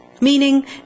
Meaning